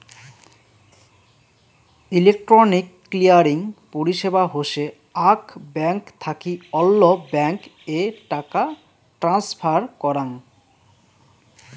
electronic clearing পরিষেবা হসে আক ব্যাঙ্ক থাকি অল্য ব্যাঙ্ক এ টাকা ট্রান্সফার করাঙ